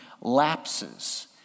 lapses